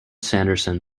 sanderson